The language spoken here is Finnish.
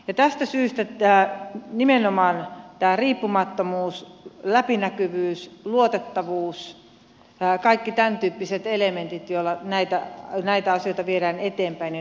tästä syystä nimenomaan tämä riippumattomuus läpinäkyvyys luotettavuus kaikki tämäntyyppiset elementit joilla näitä asioita viedään eteenpäin ovat hyvä asia